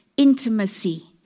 Intimacy